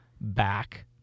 back